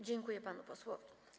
Dziękuję panu posłowi.